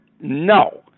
No